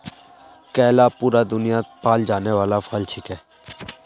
केला पूरा दुन्यात पाल जाने वाला फल छिके